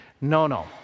No-no